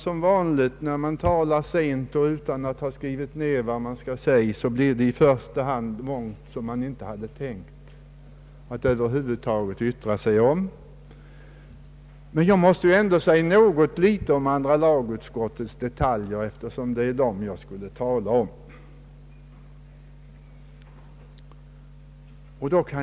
Som vanligt när man talar sent på dagen och utan att ha skrivit ned vad man skall säga talar man i första hand om mycket som man över huvud taget inte tänkt yttra sig om. Jag måste ändå säga några ord om detaljerna i andra lagutskottets utlåtande nr 40, eftersom det är vad jag skulle tala om.